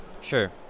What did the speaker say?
Sure